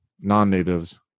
non-natives